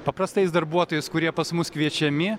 paprastais darbuotojais kurie pas mus kviečiami